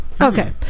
Okay